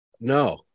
No